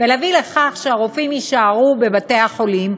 ולהביא לכך שהרופאים יישארו בבתי-החולים.